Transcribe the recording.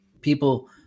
people